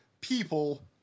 people